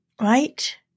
right